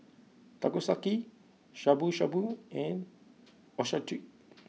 Takoyaki Shabu Shabu and Ochazuke